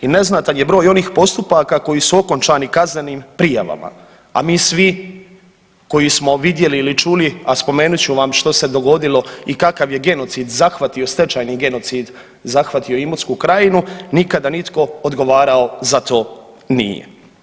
I neznatan je broj onih postupaka koji su okončani kaznenim prijavama, a mi svi koji smo vidjeli ili čuli, a spomenut ću vam što se dogodilo i kakav je genocid zahvatio stečajni genocid zahvatio Imotsku krajinu nikada nitko odgovarao za to nije.